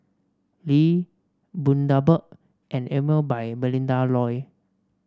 Lee Bundaberg and Emel by Melinda Looi